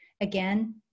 Again